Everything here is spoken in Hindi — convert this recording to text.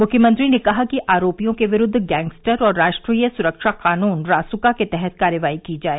मुख्यमंत्री ने कहा कि आरोपियों के विरूद्व गैंगस्टर और राष्ट्रीय सुरक्षा कानून रासुका के तहत कार्यवाही की जाए